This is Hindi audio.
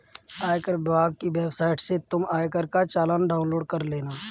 आयकर विभाग की वेबसाइट से तुम आयकर का चालान डाउनलोड कर लेना